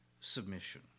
submission